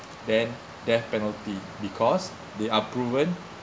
than death penalty because they are proven